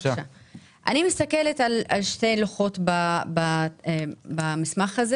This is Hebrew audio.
אני מסתכלת על שני לוחות במסמך הזה